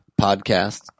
podcast